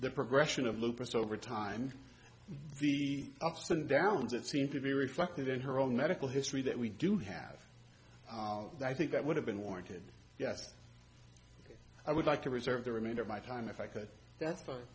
the progression of lupus over time the ups and downs that seem to be reflected in her own medical history that we do have i think that would have been warranted yes i would like to reserve the remainder of my time if i could that's